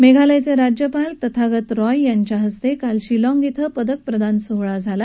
मेघालयचे राज्यपाल तथागत रॉयच्या हस्ते काल शिलाँग ी पदक प्रदान सोहळा झाला